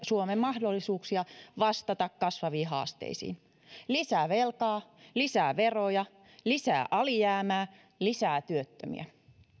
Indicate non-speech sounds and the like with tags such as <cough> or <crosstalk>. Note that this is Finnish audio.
<unintelligible> suomen mahdollisuuksia vastata kasvaviin haasteisiin lisää velkaa lisää veroja lisää alijäämää lisää työttömiä